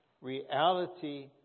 reality